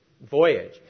voyage